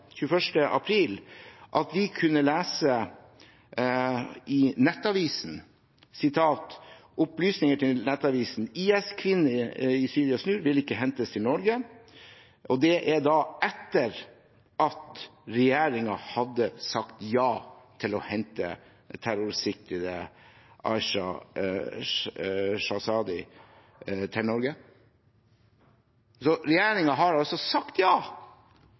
april, at vi kunne lese i Nettavisen: «Opplysninger til Nettavisen: IS-kvinne i Syria snur – vil ikke hentes til Norge», og det var etter at regjeringen hadde sagt ja til å hente terrorsiktede Aisha Shazadi til Norge. Regjeringen har altså sagt ja